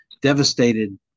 devastated